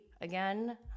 again